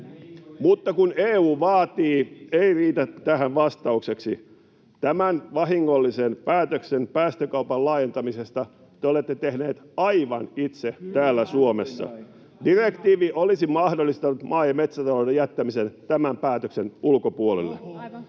”Mutta kun EU vaatii” ei riitä tähän vastaukseksi. Tämän vahingollisen päätöksen päästökaupan laajentamisesta te olette tehneet aivan itse täällä Suomessa. Direktiivi olisi mahdollistanut maa‑ ja metsätalouden jättämisen tämän päätöksen ulkopuolelle.